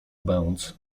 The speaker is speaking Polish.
bęc